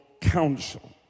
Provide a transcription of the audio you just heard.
counsel